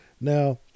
Now